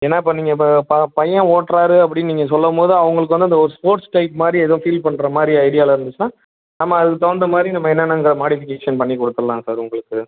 ஏன்னா இப்போ நீங்கள் இப்போ ப பையன் ஓட்டுறார் அப்படின்னு நீங்கள் சொல்லும்போது அவங்களுக்கு வந்து இந்த ஒரு ஸ்போர்ட்ஸ் டைப் மாதிரி எதுவும் ஃபீல் பண்ணுற மாதிரி எதுவும் ஐடியாவில் இருந்துச்சுன்னா நம்ம அதுக்கு தகுந்த மாதிரி நம்ம என்னென்ன இங்கே மாடிஃபிகேஷன் பண்ணி கொடுத்துடலாங்க சார் உங்களுக்கு